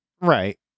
Right